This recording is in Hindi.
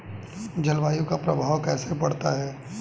जलवायु का प्रभाव कैसे पड़ता है?